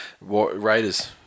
Raiders